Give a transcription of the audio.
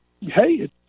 hey